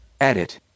edit